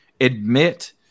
admit